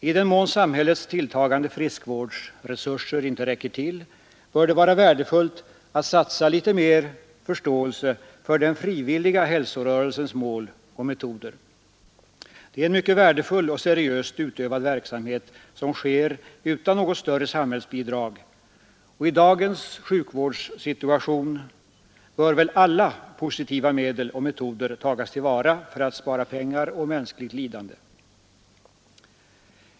I den mån samhällets tilltagande sjukvårdsresurser inte räcker till bör det vara värdefullt att satsa på litet mer förståelse för den frivilliga hälsorörelsens mål och metoder. Det är en mycket värdefull och seriöst utövad verksamhet som sker utan något större samhällsbidrag, och i dagens sjukvårdssituation bör väl alla positiva medel och metoder tas till vara för att spara pengar och undvika mänskligt lidande.